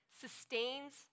sustains